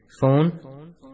Phone